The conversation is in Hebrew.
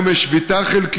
גם היום יש שביתה חלקית.